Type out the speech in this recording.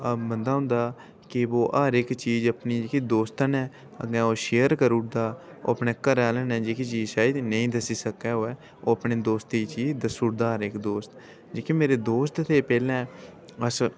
बंदा होंदा कि ओह् हर इक चीज अपनी जेह्की दोस्तें ने अग्गें ओह् शेयर करी ओड़दा ओह् अपने घरै आह्लें ने जेह्की चीज शायद नेईं दस्सी सकदा होवै ओह् अपने दोस्त गी चीज दस्सी ओड़दा हर इक दोस्त जेह्के मेरे दोस्त हे पैह्लें अस